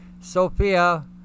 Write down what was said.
Sophia